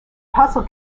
puzzle